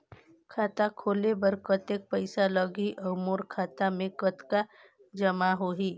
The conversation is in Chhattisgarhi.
खाता खोले बर कतेक पइसा लगही? अउ मोर खाता मे कतका जमा होही?